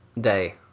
day